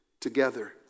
together